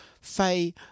Faye